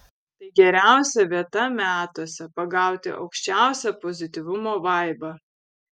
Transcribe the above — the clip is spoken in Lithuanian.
tai geriausia vieta metuose pagauti aukščiausią pozityvumo vaibą